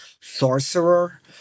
sorcerer